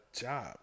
job